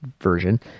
version